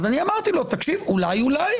אמרתי לו: אולי-אולי,